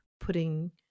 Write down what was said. putting